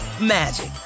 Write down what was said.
magic